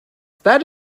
that